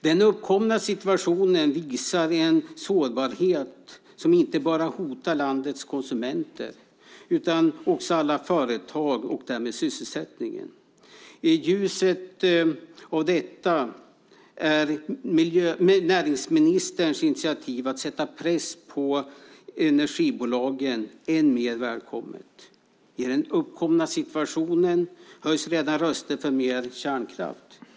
Den uppkomna situationen visar en sårbarhet som inte bara hotar landets konsumenter utan också alla företag och därmed sysselsättningen. I ljuset av detta är näringsministerns initiativ att sätta press på energibolagen än mer välkommet. I den uppkomna situationen höjs redan röster för mer kärnkraft.